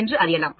என்று அறியலாம்